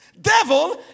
Devil